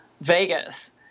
Vegas